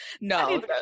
No